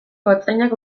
gotzainak